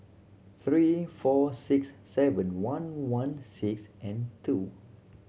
three four six seven one one six and two